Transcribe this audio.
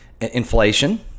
Inflation